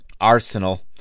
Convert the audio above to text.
Arsenal